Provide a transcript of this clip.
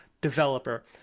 developer